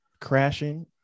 crashing